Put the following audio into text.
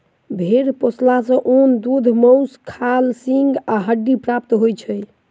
भेंड़ पोसला सॅ ऊन, दूध, मौंस, खाल, सींग आ हड्डी प्राप्त होइत छै